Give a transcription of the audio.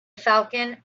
falcon